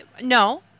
No